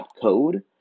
code